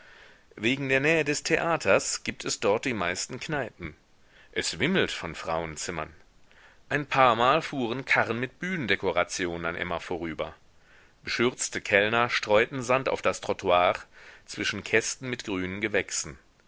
wegen der nähe des theaters gibt es dort die meisten kneipen es wimmelt von frauenzimmern ein paarmal fuhren karren mit bühnendekorationen an emma vorüber beschürzte kellner streuten sand auf das trottoir zwischen kästen mit grünen gewächsen